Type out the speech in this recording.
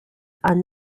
are